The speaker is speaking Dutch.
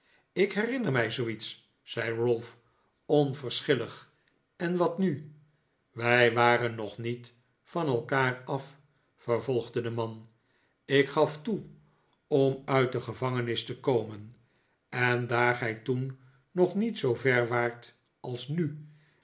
ik herinner mij zooiets zei ralph onverschillig en wat nu wij waren nog niet van elkaar af vervolgde de man ik gaf toe om uit de gevangenis te komen en daar gij toen nog niet zoover waart als nu